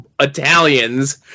Italians